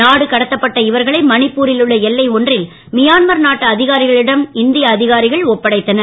நாடு கடத்தப்பட்ட இவர்களை மணிப்புரில் உள்ள எல்லை ஒன்றில் மியான்மர் நாட்டு அதிகாரிகளிடம் இந்திய அதிகாரிகள் ஒப்படைத்தனர்